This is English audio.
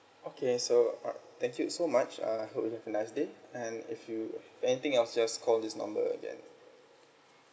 okay so alright thank you so much uh hope you have a nice day and if you have anything else just call this number again